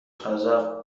غذا